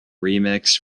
remix